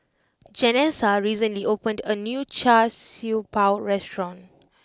Janessa recently opened a new Char Siew Bao restaurant